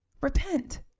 Repent